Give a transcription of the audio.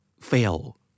fail